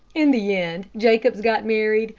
in the end, jacobs got married,